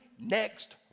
next